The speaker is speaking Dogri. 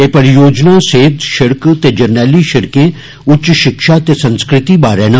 ए परियोजनां सेहत सिड़क ते जरनैली सिड़कें उच्च षिक्षा ते संस्कृति बारे न